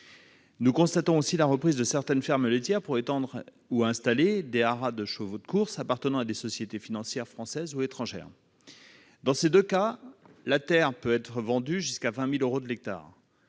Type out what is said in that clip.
Nous constatons aussi que certaines fermes laitières sont reprises pour y étendre ou y installer des haras de chevaux de courses appartenant à des sociétés financières françaises ou étrangères. Dans ces deux cas, la terre peut être vendue jusqu'à 20 000 euros l'hectare.